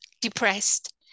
depressed